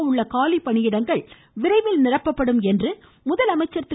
கமிழக உள்ள காலிபணியிடங்கள் விரைவில் நிரப்பபடும் என்று முதலமைச்சர் திரு